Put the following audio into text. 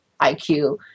IQ